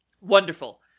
Wonderful